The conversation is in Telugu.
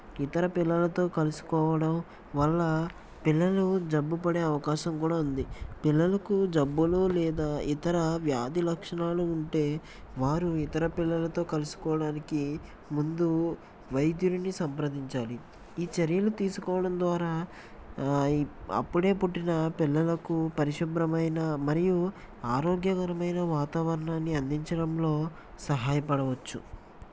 ఇతర పిల్లలతో కలుసుకోవడం వల్ల పిల్లలు జబ్బు పడే అవకాశం కూడా ఉంది పిల్లలకు జబ్బులు లేదా ఇతర వ్యాధి లక్షణాలు ఉంటే వారు ఇతర పిల్లలతో కలుసుకోవడానికి ముందు వైద్యుడిని సంప్రదించాలి ఈ చర్యలు తీసుకోవడం ద్వారా అప్పుడే పుట్టిన పిల్లలకు పరిశుభ్రమైన మరియు ఆరోగ్యకరమైన వాతావరణాన్ని అందించడంలో సహాయపడవచ్చు